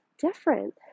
different